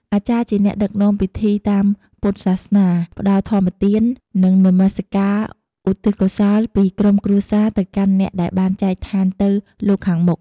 អាចារ្យជាអ្នកដឹកនាំពិធីតាមពុទ្ធសាសនា ផ្តល់ធម្មទាន និងនមសក្ការឧទ្ទិសកុសលពីក្រុមគ្រួសារទៅកាន់អ្នកដែលបានចែកឋានទៅលោកខាងមុខ។